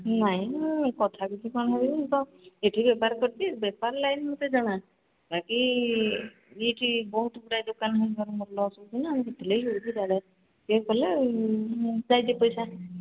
ନାଇଁ ମୁଁ କଥା କିଛି କ'ଣ ହେବି ମୁଁ ତ ଏଠି ବେପାର କରିଛି ବେପାର ଲାଇନ ମୋତେ ଜଣା ବାକି ଏଇଠି ବହୁତ ଗୁୁଡ଼ାଏ ଦୋକାନ ହବାରୁ ମୋର ଲସ୍ ହେଉଛି ନା ମୁଁ ସେଥିଲାଗି କହୁଛି ଜାଗା ଠିକ କଲେ ମୁଁ ଯାଇ ଦୁଇ ପଇସା